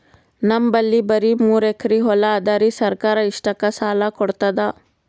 ನಮ್ ಬಲ್ಲಿ ಬರಿ ಮೂರೆಕರಿ ಹೊಲಾ ಅದರಿ, ಸರ್ಕಾರ ಇಷ್ಟಕ್ಕ ಸಾಲಾ ಕೊಡತದಾ?